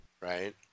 Right